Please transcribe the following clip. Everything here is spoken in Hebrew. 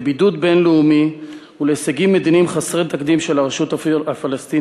לבידוד בין-לאומי ולהישגים מדיניים חסרי תקדים של הרשות הפלסטינית,